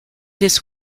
this